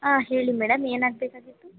ಹಾಂ ಹೇಳಿ ಮೇಡಮ್ ಏನಾಗಬೇಕಾಗಿತ್ತು